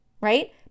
right